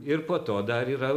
ir po to dar yra